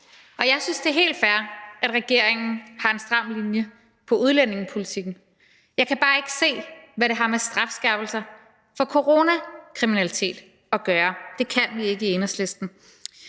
Og jeg synes, at det er helt fair, at regeringen har en stram linje på udlændingepolitikken. Jeg kan bare ikke se, hvad det har med strafskærpelser for coronakriminalitet at gøre – det kan vi ikke se i Enhedslisten.